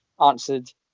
answered